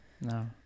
No